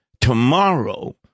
tomorrow